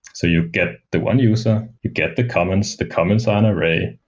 so you get the one user, you get the comments, the comments on array.